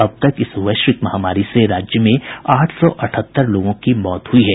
अब तक इस वैश्विक महामारी से राज्य में आठ सौ अठहत्तर लोगों की मौत हो हुई है